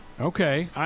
Okay